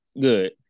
Good